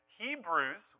Hebrews